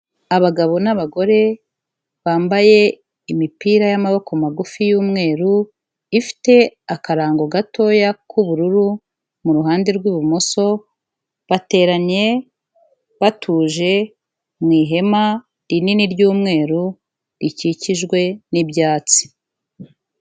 Abagabo n'abagore bambaye imipira y'amaboko magufi y'umweru, ifite akarango gatoya k'ubururu mu ruhande rw'ibumoso, bateranye batuje, mu ihema rinini ry'umweru rikikijwe n'ibyatsi.